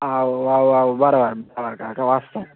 అవ్వ అవ్వవ్వరు కాకా వాస్తవం